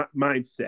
mindset